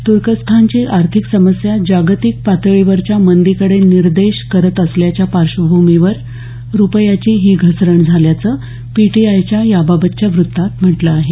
तुर्कस्थानची आर्थिक समस्या जागतिक पातळीवरच्या मंदीकडे निर्देश करत असल्याच्या पार्श्वभूमीवर रुपयाची ही घसरण झाल्याचं पीटीआयच्या याबाबतच्या वृत्तात म्हटलं आहे